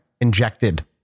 Injected